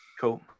cool